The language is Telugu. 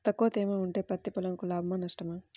తక్కువ తేమ ఉంటే పత్తి పొలంకు లాభమా? నష్టమా?